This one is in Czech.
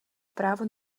právo